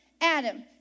Adam